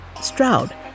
Stroud